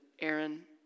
Aaron